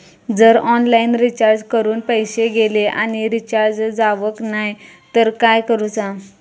जर online recharge करून पैसे गेले आणि रिचार्ज जावक नाय तर काय करूचा?